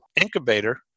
incubator